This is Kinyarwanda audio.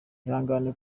ihangane